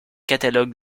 catalogues